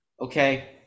Okay